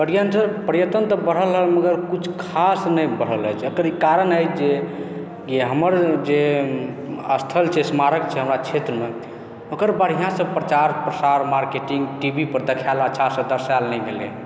पर्यटन तऽ बढ़ल हँ मगर किछु खास नहि बढ़ल हँ जकर ई कारण अछि जेकि हमर जे स्थल छै स्मारक छै हमरा क्षेत्रमे ओकर बढ़िआँसँ प्रचार प्रसार मार्केटिंग टी वी पर देखायल अच्छासँ दरसायल नहि गेलय